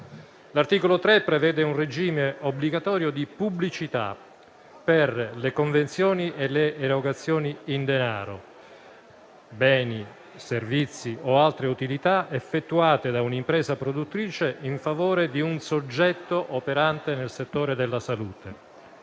L'articolo 3 prevede un regime obbligatorio di pubblicità: per le convenzioni e le erogazioni in denaro, beni, servizi o altre utilità effettuate da un'impresa produttrice in favore di un soggetto operante nel settore della salute;